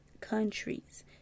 countries